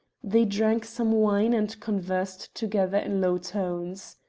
they drank some wine and conversed together in low tones.